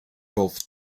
both